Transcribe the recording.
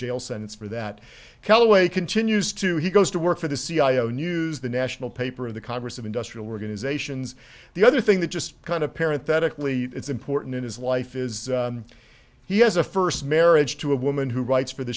jail sentence for that callaway continues to he goes to work for the cia own use the national paper of the congress of industrial organizations the other thing that just kind of parent that equally important in his life is he has a first marriage to a woman who writes for the